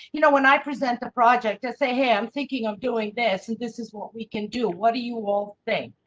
you know, when i present a project to say, hey, i'm thinking of doing this. this is what we can do. what do you will thing?